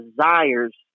desires